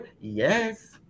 Yes